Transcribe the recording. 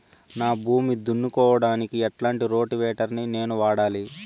నా భూమి దున్నుకోవడానికి ఎట్లాంటి రోటివేటర్ ని నేను వాడాలి?